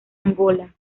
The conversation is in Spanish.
angola